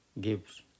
gives